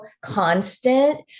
constant